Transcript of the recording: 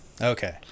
Okay